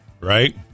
right